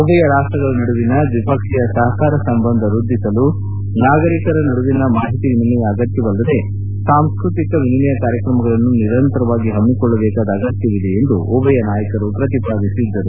ಉಭಯ ರಾಷ್ಟಗಳ ನಡುವಿನ ದ್ವಿಪಕ್ಷೀಯ ಸಪಕಾರ ಸಂಬಂಧ ವೃದ್ಧಿಸಲು ನಾಗರಿಕರ ನಡುವಿನ ಮಾಹಿತಿ ವಿನಿಮಯ ಅಗತ್ಯ ಅಲ್ಲದೇ ಸಾಂಸ್ವತಿಕ ವಿನಿಮಯ ಕಾರ್ಯತ್ರಮಗಳನ್ನು ನಿರಂತರವಾಗಿ ಪಮ್ಮಿಕೊಳ್ಳಬೇಕಾದ ಅಗತ್ಯವಿದೆ ಎಂದು ಉಭಯ ನಾಯಕರು ಪ್ರತಿಪಾದಿಸಿದ್ದರು